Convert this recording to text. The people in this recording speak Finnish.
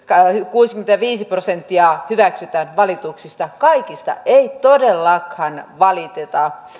kuusikymmentäviisi prosenttia valituksista hyväksytään kaikista ei todellakaan valiteta